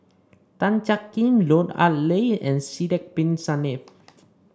Tan Jiak Kim Lut Ali and Sidek Bin Saniff